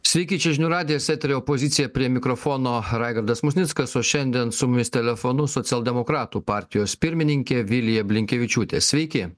sveiki čia žinių radijas etery opozicija prie mikrofono raigardas musnickas o šiandien su mumis telefonu socialdemokratų partijos pirmininkė vilija blinkevičiūtė sveiki